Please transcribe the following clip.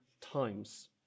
times